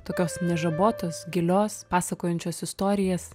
tokios nežabotos gilios pasakojančios istorijas